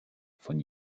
von